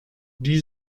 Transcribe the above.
die